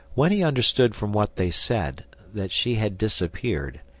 when he understood from what they said that she had disappeared,